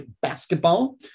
basketball